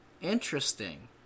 Interesting